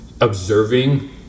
observing